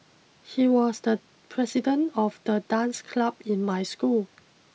he was the president of the dance club in my school